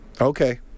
Okay